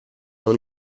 non